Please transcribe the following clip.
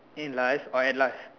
in life or at life